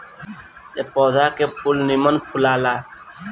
ए पौधा के फूल निमन फुलाला